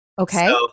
Okay